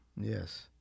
Yes